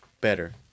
better